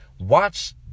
Watch